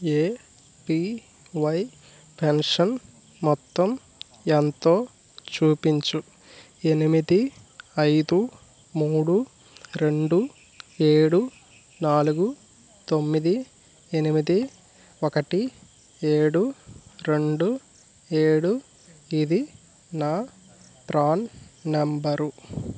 APY pension మొత్తం ఎంతో చూపించు ఎనిమిది ఐదు మూడు రెండు ఏడు నాలుగు తొమ్మిది ఎనిమిది ఒకటి ఏడు రెండు ఏడు ఇది నా ప్రాన్ నెంబరు